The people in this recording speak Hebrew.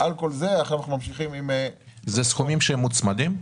--- אלה סכומים מוצמדים?